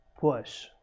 push